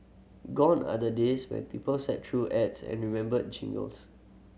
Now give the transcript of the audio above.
gone are the days when people sat through ads and remembered jingles